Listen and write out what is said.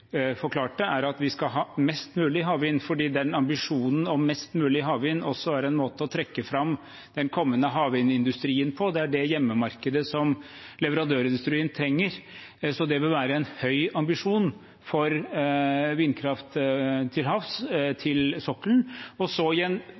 forklarte, er at vi skal ha mest mulig havvind, fordi den ambisjonen om mest mulig havvind også er en måte å trekke fram den kommende havvindindustrien på, det er det hjemmemarkedet som leverandørindustrien trenger. Så det bør være en høy ambisjon for vindkraft til havs